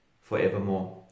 forevermore